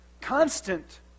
constant